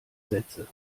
sätze